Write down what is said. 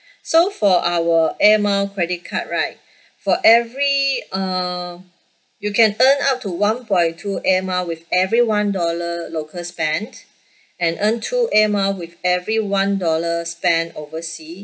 so for our air mile credit card right for every um you can earn up to one point two air mile with every one dollar local spent and earn two air mile with every one dollar spent oversea